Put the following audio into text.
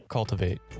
Cultivate